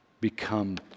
become